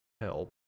help